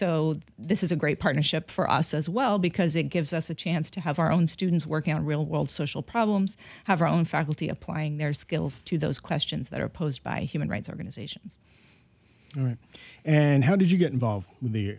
so this is a great partnership for us as well because it gives us a chance to have our own students working on real world social problems have our own faculty applying their skills to those questions that are posed by human rights organizations and and how did you get involved in the